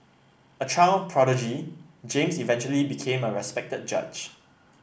a child prodigy James eventually became a respected judge